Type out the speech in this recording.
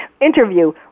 interview